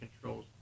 controls